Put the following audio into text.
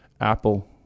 apple